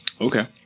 Okay